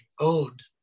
owned